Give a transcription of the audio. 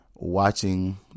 watching